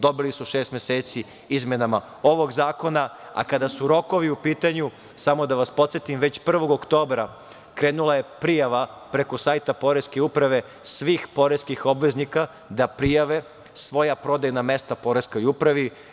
Dobili su šest meseci izmenama ovog zakona, a kada su rokovi u pitanju, samo da vas podsetim, već 1. oktobra krenula je prijava preko sajte Poreske uprave svih poreskih obveznika da prijave svoja prodajna mesta Poreskoj upravi.